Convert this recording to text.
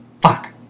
Fuck